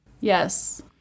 Yes